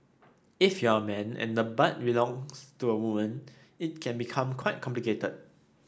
if you're a man and the butt belongs to a woman it can become quite complicated